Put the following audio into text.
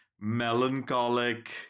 melancholic